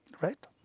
right